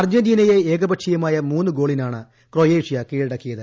അർജന്റീനയെ ഏകപക്ഷീയമായ മൂന്ന് ഗോളിനാണ് രീക്കായേഷ്യ കീഴടക്കിയത്